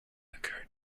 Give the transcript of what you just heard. occurred